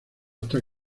hasta